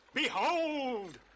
Behold